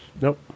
Nope